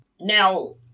Now